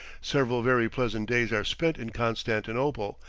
several very pleasant days are spent in constantinople,